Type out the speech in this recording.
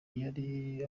yari